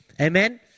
Amen